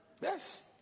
Yes